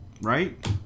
right